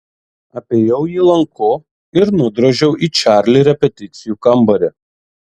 apėjau jį lanku ir nudrožiau į čarli repeticijų kambarį